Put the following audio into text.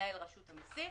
מנהל רשות המיסים,